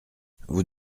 vous